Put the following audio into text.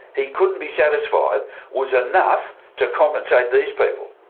he couldn't be satisfied was enough to compensate these people.